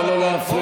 נא לא להפריע.